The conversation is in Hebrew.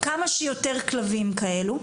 כמה שיותר כלבים כאלו,